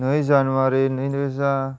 नै जानुवारी नैरोजा